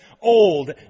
old